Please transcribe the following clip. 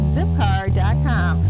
Zipcar.com